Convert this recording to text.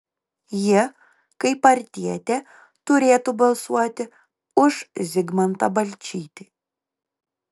ji kaip partietė turėtų balsuoti už zigmantą balčytį